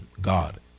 God